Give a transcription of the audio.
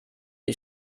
die